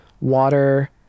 water